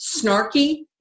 snarky